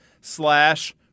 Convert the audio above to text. slash